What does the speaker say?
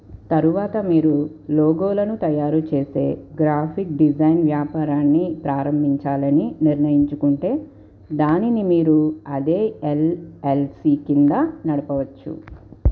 తరువాత మీరు లోగోలను తయారుచేసే గ్రాఫిక్ డిజైన్ వ్యాపారాన్ని ప్రారంభించాలని నిర్ణయించుకుంటే దానిని మీరు అదే ఎల్ఎల్సి క్రింద నడపవచ్చు